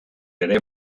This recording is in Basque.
ere